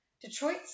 Detroit